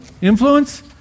influence